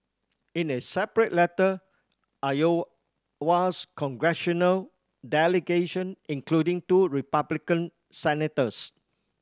in a separate letter Iowa's congressional delegation including two Republican senators